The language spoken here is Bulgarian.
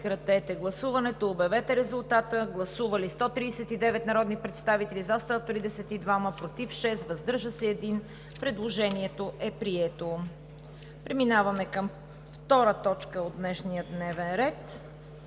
изборен район – Пазарджишки. Гласували 139 народни представители: за 132, против 6, въздържал се 1. Предложението е прието. Преминаваме към втора точка от днешния дневен ред: